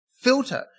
Filter